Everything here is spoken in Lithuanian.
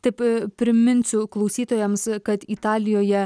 taip priminsiu klausytojams kad italijoje